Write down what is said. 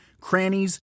crannies